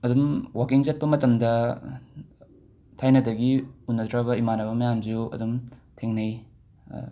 ꯑꯗꯨꯝ ꯋꯥꯀꯤꯡ ꯆꯠꯄ ꯃꯇꯝꯗ ꯊꯥꯏꯅꯗꯒꯤ ꯎꯅꯗ꯭ꯔꯕ ꯏꯃꯥꯟꯅꯕ ꯃꯌꯥꯝꯁꯨ ꯑꯗꯨꯝ ꯊꯦꯡꯅꯩ